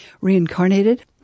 reincarnated